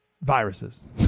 viruses